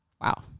wow